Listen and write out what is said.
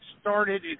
started